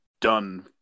done